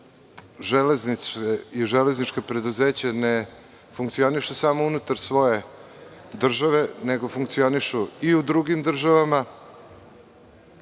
da železnice i železnička preduzeća ne funkcionišu samo unutar svoje države, nego funkcionišu i u drugim državama,